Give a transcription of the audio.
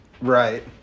Right